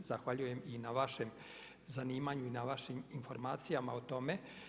Zahvaljujem i na vašem zanimanju i na vašim informacijama o tome.